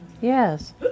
yes